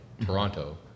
Toronto